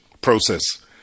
process